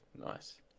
Nice